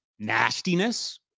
nastiness